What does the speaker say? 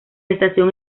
estación